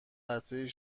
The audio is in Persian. قطرهای